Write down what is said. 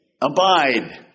Abide